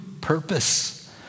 purpose